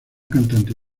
cantante